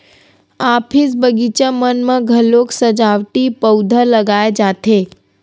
office, बगीचा मन म घलोक सजावटी पउधा लगाए जाथे